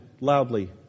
loudly